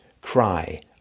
cry